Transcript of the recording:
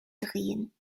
drehen